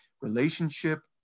relationship